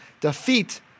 defeat